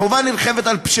חברת הכנסת שלי יחימוביץ, למשל,